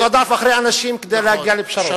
שרדף אחרי אנשים כדי להגיע לפשרות.